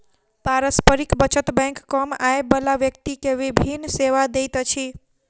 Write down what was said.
पारस्परिक बचत बैंक कम आय बला व्यक्ति के विभिन सेवा दैत अछि